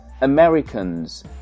Americans